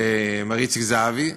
מר איציק זהבי,